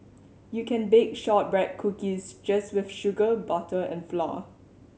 you can bake shortbread cookies just with sugar butter and flour